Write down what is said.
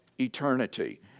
eternity